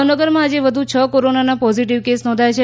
ભાવનગરમાં આજે વધુ છ કોરોનાના પોઝીટીવ કેસ નોંધાયા છે